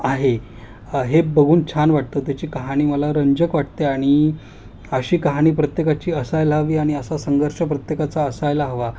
आहे हे बघून छान वाटतं त्याची काहाणी मला रंजक वाटते आणि अशी कहाणी प्रत्येकाची असायला हवी आणि असा संघर्ष प्रत्येकाचा असायला हवा